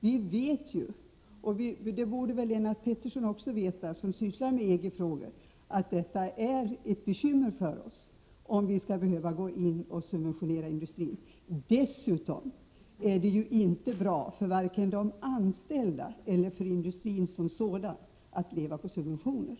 Vi vet ju — det borde Lennart Pettersson också veta som sysslar med EG-frågor — att importrestriktionerna är ett bekymmer för oss, om vi skall behöva gå in och subventionera industrin. Dessutom är det inte bra för vare sig de anställda eller industrin som sådan att leva på subventioner.